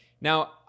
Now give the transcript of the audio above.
Now